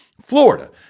Florida